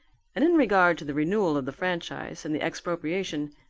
and in regard to the renewal of the franchise and the expropriation,